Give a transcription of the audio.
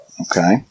Okay